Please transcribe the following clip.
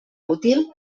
útil